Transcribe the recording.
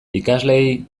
ikasleei